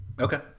Okay